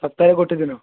ସପ୍ତାହ ଗୋଟେ ଦିନ